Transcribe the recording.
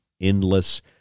endless